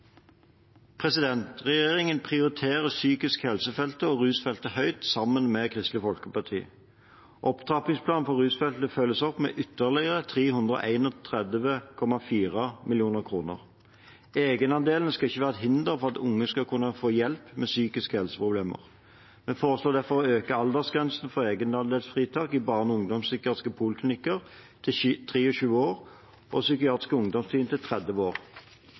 og Radiumhospitalet Sammen med Kristelig Folkeparti prioriterer regjeringen psykisk helse og rusfeltet høyt. Opptrappingsplanen for rusfeltet følges opp med ytterligere 331,4 mill. kr. Egenandeler skal ikke være et hinder for at unge skal kunne få hjelp med psykiske helseproblemer. Vi foreslår derfor å øke aldersgrensen for egenandelsfritak i barne- og ungdomspsykiatriske poliklinikker til 23 år og i psykiatriske ungdomsteam til 30 år.